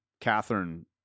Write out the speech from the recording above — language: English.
Catherine